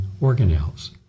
organelles